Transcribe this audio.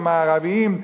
המערביים,